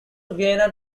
vienna